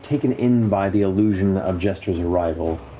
taken in by the illusion of jester's arrival.